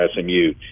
SMU